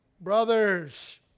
brothers